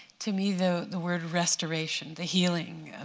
to me, the the word restoration, the healing,